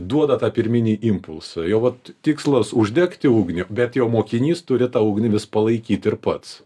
duoda tą pirminį impulsą jo vat tikslas uždegti ugnį bet jau mokinys turi tą ugnį vis palaikyt ir pats